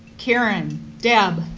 karen, deb,